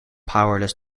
powerless